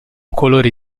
colori